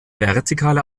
vertikale